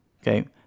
Okay